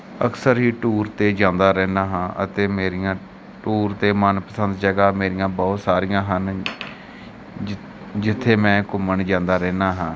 ਅਕਸਰ ਹੀ ਟੂਰ 'ਤੇ ਜਾਂਦਾ ਰਹਿੰਦਾ ਹਾਂ ਅਤੇ ਮੇਰੀਆਂ ਟੂਰ 'ਤੇ ਮਨ ਪਸੰਦ ਜਗ੍ਹਾ ਮੇਰੀਆਂ ਬਹੁਤ ਸਾਰੀਆਂ ਹਨ ਜਿ ਜਿੱਥੇ ਮੈਂ ਘੁੰਮਣ ਜਾਂਦਾ ਰਹਿੰਦਾ ਹਾਂ